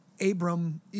Abram